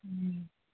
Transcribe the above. हुँ